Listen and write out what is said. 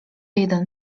jeden